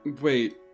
Wait